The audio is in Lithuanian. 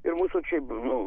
ir mūsų šiaip nu